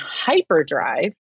hyperdrive